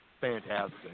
fantastic